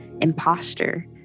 imposter